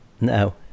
No